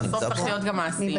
בסוף צריך להיות גם מעשים.